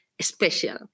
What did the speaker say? special